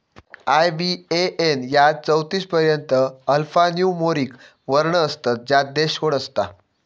IBAN यात चौतीस पर्यंत अल्फान्यूमोरिक वर्ण असतत ज्यात देश कोड असता